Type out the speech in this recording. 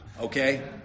okay